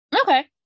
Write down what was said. Okay